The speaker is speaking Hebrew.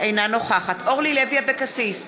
אינה נוכחת אורלי לוי אבקסיס,